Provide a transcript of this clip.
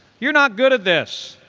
you're not good at this.